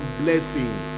blessing